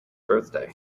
birthday